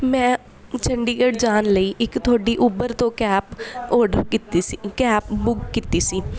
ਮੈਂ ਚੰਡੀਗੜ੍ਹ ਜਾਣ ਲਈ ਇੱਕ ਤੁਹਾਡੀ ਉਬਰ ਤੋਂ ਕੈਬ ਔਡਰ ਕੀਤੀ ਸੀ ਕੈਬ ਬੁੱਕ ਕੀਤੀ ਸੀ